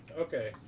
Okay